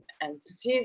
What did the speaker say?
entities